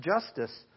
justice